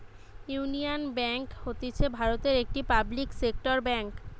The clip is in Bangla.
ইউনিয়ন বেঙ্ক হতিছে ভারতের একটি পাবলিক সেক্টর বেঙ্ক